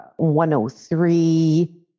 103